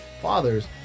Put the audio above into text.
fathers